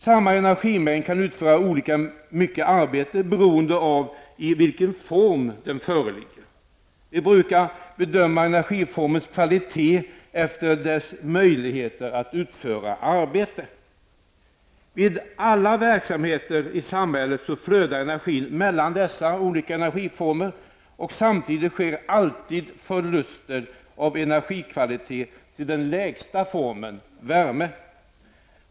Samma energimängd kan utföra olika mycket arbete beroende av i vilken form den föreligger. Vi brukar bedöma energiformens kvalitet efter dess möjligheter att utföra arbete. Vid alla verksamheter i samhället flödar energin mellan dessa olika energiformer, och samtidigt sker alltid förluster i energikvalitet till den lägsta formen, värme.